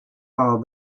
are